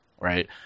right